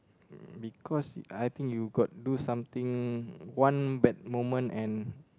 because I think you got do something one bad moment and